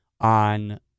on